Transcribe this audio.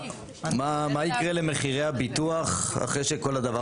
מה יקרה למחירי הביטוח אחרי שכל הדבר